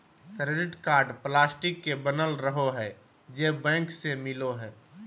credit card plastic के बनल रहो हइ जे बैंक से मिलो हइ